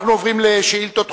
אנחנו עוברים לשאילתות דחופות,